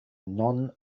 non